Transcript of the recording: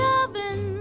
oven